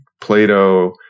Plato